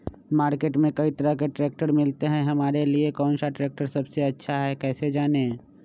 Market में कई तरह के ट्रैक्टर मिलते हैं हमारे लिए कौन सा ट्रैक्टर सबसे अच्छा है कैसे जाने?